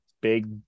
big